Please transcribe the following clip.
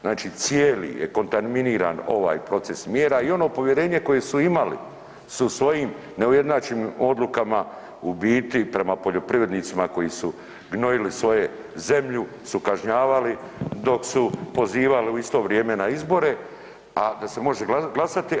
Znači cijeli je kontaminiran ovaj proces mjera i ono povjerenje koje su imali su svojim neujednačenim odlukama u biti prema poljoprivrednicima koji su gnojili svoju zemlju su kažnjavali dok su pozivali u isto vrijeme na izbore da se može glasati.